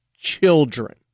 children